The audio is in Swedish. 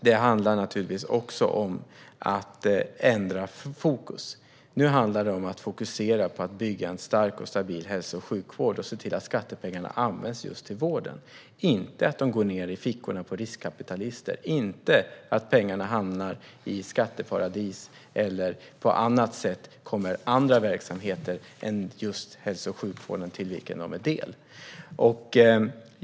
Det handlar naturligtvis också om att ändra fokus. Nu handlar det om att fokusera på att bygga en stark och stabil hälso och sjukvård och att se till att skattepengarna används just till vården och inte går ned i fickorna på riskkapitalister. Pengarna ska inte hamna i skatteparadis eller på annat sätt komma andra verksamheter än just hälso och sjukvården till del.